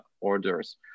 orders